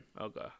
Okay